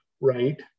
right